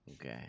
Okay